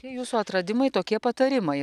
tie jūsų atradimai tokie patarimai